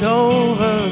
over